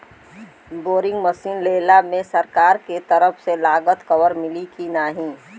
Boring machine लेला मे सरकार के तरफ से लागत कवर मिली की नाही?